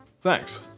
Thanks